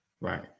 Right